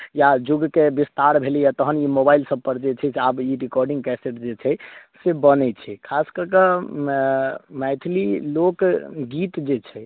या युगके विस्तार भेलैए तहन ई मोबाइलसभ पर जे छै से आब ई रिकॉर्डिंग कैसेट जे छै से बनैत छै खास कऽ कऽ मैथिली लोकगीत जे छै